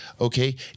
okay